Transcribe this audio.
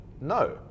No